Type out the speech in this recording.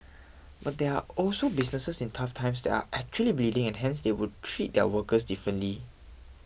but there are also businesses in tough times that are actually bleeding and hence they would treat their workers differently